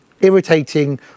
irritating